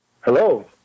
Hello